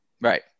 Right